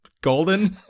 golden